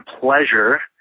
pleasure